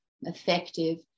effective